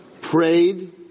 prayed